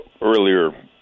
earlier